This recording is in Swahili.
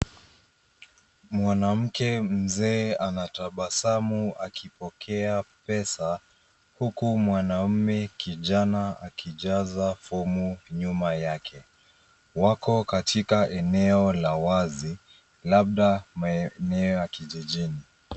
Mwanamke mzee anatabasamu akipokea pesa huku mwanaume kijana akijaza fomu nyuma yake. Wako katika eneo la wazi labda maeneo ya kijijini.